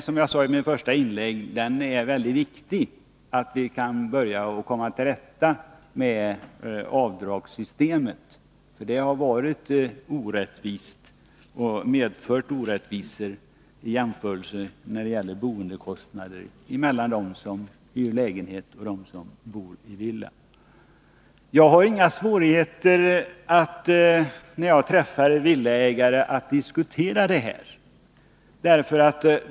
Som jag sade i mitt första inlägg är det mycket viktigt att vi kan börja komma till rätta med avdragssystemet, för det har varit orättvist och medfört orättvisor när det gäller boendekostnader mellan dem som hyr en lägenhet och dem som bor i villa. Jag har inga svårigheter att diskutera det här när jag träffar villaägare.